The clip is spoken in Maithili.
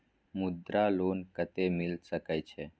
मुद्रा लोन कत्ते मिल सके छै?